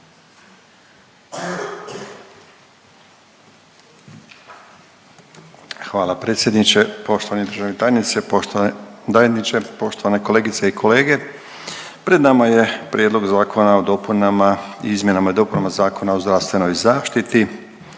Hvala predsjedniče. Poštovani državni tajnice, poštovani tajniče, poštovane kolegice i kolege. Pred nama je Prijedlog zakona o dopunama, izmjenama i dopunama Zakona o zdravstvenoj zaštiti.